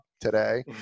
today